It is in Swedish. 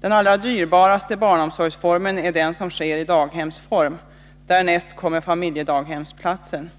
Den allra dyrbaraste barnomsorgsformen är den som sker i daghemsform, därnäst kommer familjedaghemsplatsen.